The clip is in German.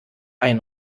ein